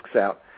out